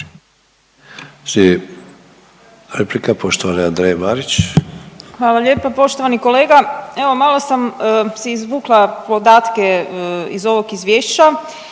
Hvala lijepa. Poštovani kolega, evo malo si izvukla podatke iz ovog izvješća,